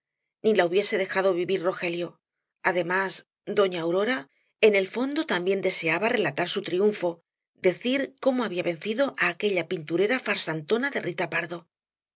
ni la hubiese dejado vivir rogelio además doña aurora en el fondo también deseaba relatar su triunfo decir cómo había vencido á aquella pinturera farsantona de rita pardo